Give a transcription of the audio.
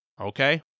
okay